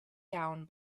down